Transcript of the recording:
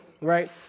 Right